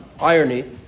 irony